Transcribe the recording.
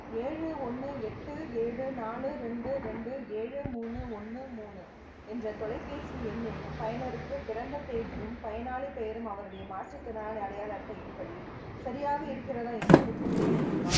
ஏழு ஒன்று எட்டு ஏழு நாலு ரெண்டு ரெண்டு ஏழு மூணு ஒன்று மூணு என்ற தொலைபேசி எண்ணின் பயனருக்கு பிறந்த தேதியும் பயனாளி பெயரும் அவருடைய மாற்றுத்திறனாளி அடையாள அட்டையின் படி சரியாக இருக்கிறதா என்று உறுதிசெய்ய முடியுமா